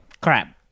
Crap